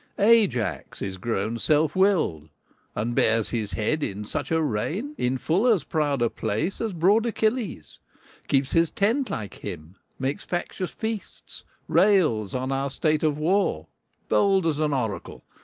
ajax is grown self-will'd and bears his head in such a rein, in full as proud a place as broad achilles keeps his tent like him makes factious feasts rails on our state of war bold as an oracle,